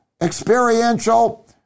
experiential